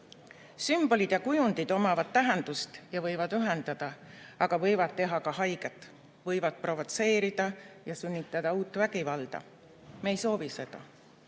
Sümbolid ja kujundid omavad tähendust ja võivad ühendada, aga võivad teha ka haiget, võivad provotseerida ja sünnitada uut vägivalda. Me ei soovi seda.